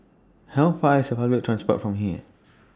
How Far away IS A Public Transport from here